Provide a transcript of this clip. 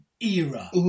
Era